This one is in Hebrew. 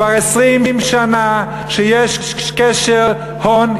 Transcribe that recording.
כבר 20 שנה שיש קשר הון,